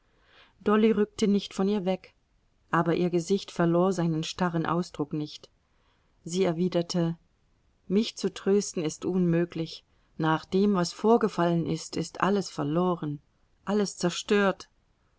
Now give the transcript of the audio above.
dolly rückte nicht von ihr weg aber ihr gesicht verlor seinen starren ausdruck nicht sie erwiderte mich zu trösten ist unmöglich nach dem was vorgefallen ist ist alles verloren alles zerstört